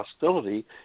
hostility